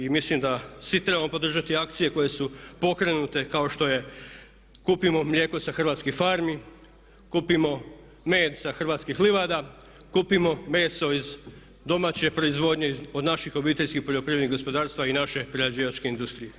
I mislim da svi trebamo podržati akcije koje su pokrenute kao što je kupimo mlijeko sa hrvatskih farmi, kupimo med sa hrvatskih livada, kupimo meso iz domaće proizvodnje od naših obiteljskih poljoprivrednih gospodarstava i naše prerađivačke industrije.